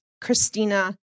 Christina